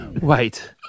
Wait